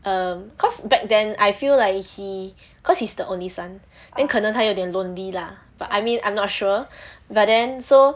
um cause back then I feel like he cause he's the only son then 可能他有点 lonely lah but I mean I'm not sure but then so